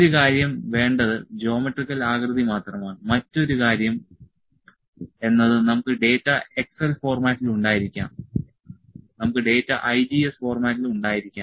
ഒരു കാര്യം വേണ്ടത് ജോമെട്രിക്കൽ ആകൃതി മാത്രമാണ് മറ്റൊരു കാര്യം എന്നത് നമുക്ക് ഡാറ്റ എക്സൽ ഫോർമാറ്റിൽ ഉണ്ടായിരിക്കാം നമുക്ക് ഡാറ്റ IGES ഫോർമാറ്റിൽ ഉണ്ടായിരിക്കാം